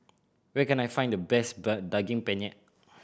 where can I find the best Daging Penyet